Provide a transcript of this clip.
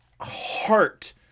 heart